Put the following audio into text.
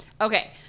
okay